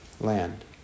land